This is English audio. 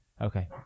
Okay